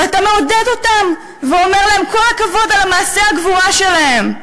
ואתה מעודד אותם ואומר להם כל הכבוד על מעשה הגבורה שלהם,